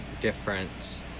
difference